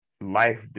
life